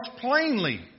plainly